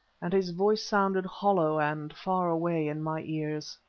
and his voice sounded hollow and far away in my ears.